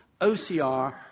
OCR